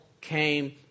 came